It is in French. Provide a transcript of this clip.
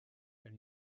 elle